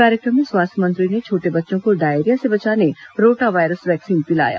कार्यक्रम में स्वास्थ्य मंत्री ने छोटे बच्चों को डायरिया से बचाने रोटा वायरस वैक्सीन पिलाया